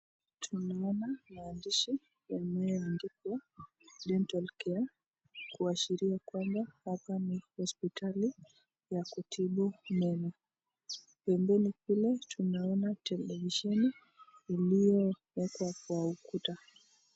Tunaona maandishi yanayoandikwa Dental care kuashiria kwamba hapa ni hosiptali ya kutibu meno, pembeni kule tunaona televisheni iliyowekwa kwa ukuta.